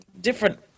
different